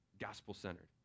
gospel-centered